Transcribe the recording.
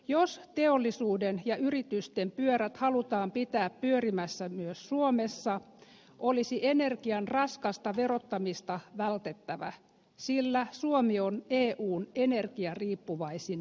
jos teollisuuden ja yritysten pyörät halutaan pitää pyörimässä myös suomessa olisi energian raskasta verottamista vältettävä sillä suomi on eun energiariippuvaisin kansantalous